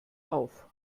auf